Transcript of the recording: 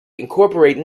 incorporate